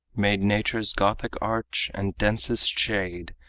made nature's gothic arch and densest shade,